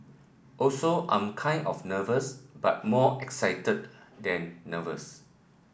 also I'm kind of nervous but more excited than nervous